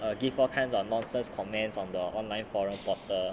err give all kind of nonsense comments on the online forum portal